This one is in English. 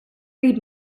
read